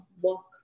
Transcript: walk